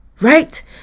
right